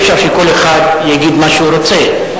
אי-אפשר שכל אחד יגיד מה שהוא רוצה.